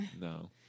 No